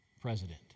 president